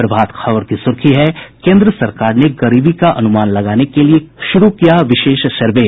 प्रभात खबर की सुर्खी है केन्द्र सरकार ने गरीबी का अनुमान लगाने के लिए शुरू किया सर्वे